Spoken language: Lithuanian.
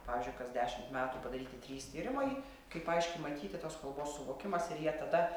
pavyzdžiui kas dešimt metų padaryti trys tyrimai kaip aiškiai matyti tos kalbos suvokimas ir jie tada